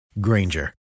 Granger